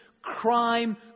Crime